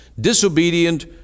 disobedient